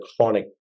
chronic